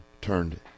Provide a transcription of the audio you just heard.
turned